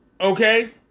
Okay